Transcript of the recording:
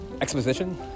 exposition